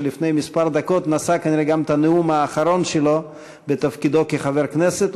שלפני כמה דקות נשא כנראה גם את הנאום האחרון שלו בתפקידו כחבר כנסת.